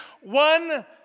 one